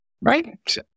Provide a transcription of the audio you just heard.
Right